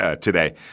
today